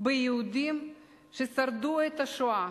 ביהודים ששרדו את השואה